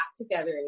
together